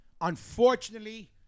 unfortunately